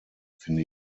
finde